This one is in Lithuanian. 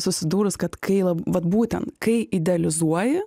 susidūrus kad kai vat būtent kai idealizuoji